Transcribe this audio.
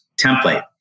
template